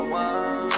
one